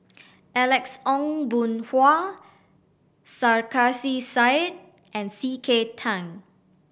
Alex Ong Boon Hau Sarkasi Said and C K Tang